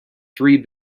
three